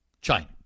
China